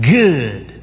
good